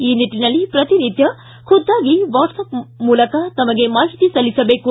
ಈ ನಿಟ್ಟನಲ್ಲಿ ಪ್ರತಿನಿತ್ದ ಖುದ್ದಾಗಿ ವಾಟ್ಲಪ್ ಮೂಲಕ ತಮಗೆ ಮಾಹಿತಿ ಸಲ್ಲಿಸಬೇಕು